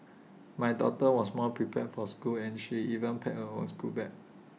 my daughter was more prepared for school and she even packed her own schoolbag